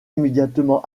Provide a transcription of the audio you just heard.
immédiatement